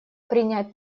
принять